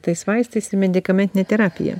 tais vaistais ir medikamentine terapija